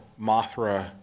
Mothra